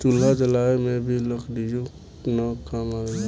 चूल्हा जलावे में भी लकड़ीये न काम आवेला